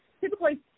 typically